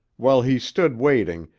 while he stood waiting,